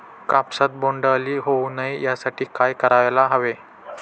कापसात बोंडअळी होऊ नये यासाठी काय करायला हवे?